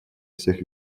всех